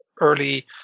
early